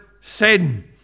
sin